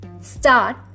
Start